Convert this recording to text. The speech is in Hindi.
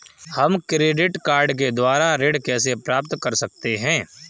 हम क्रेडिट कार्ड के द्वारा ऋण कैसे प्राप्त कर सकते हैं?